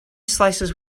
slices